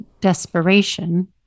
desperation